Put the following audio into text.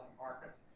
markets